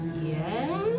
Yes